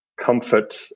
comfort